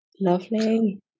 Lovely